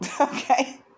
okay